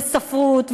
וספרות,